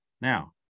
Now